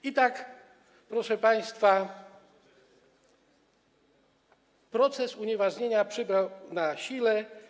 I tak, proszę państwa, proces unieważniania przybrał na sile.